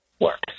works